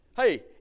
hey